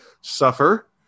suffer